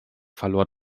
verlor